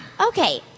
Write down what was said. Okay